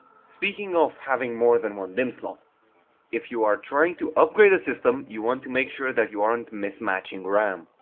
speaking of more than one dimm slot if you are trying to upgrade a system, you want to make sure that you aren't mismatching ram.